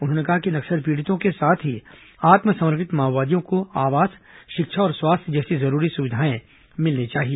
उन्होंने कहा कि नक्सल पीड़ितों के साथ ही आत्मसमर्पित माओवादियों को आवास शिक्षा और स्वास्थ्य जैसी जरूरी सुविधाएं मिलनी चाहिए